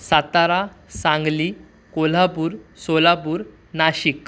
Satara Sangli Kolhapur Solapur Nashik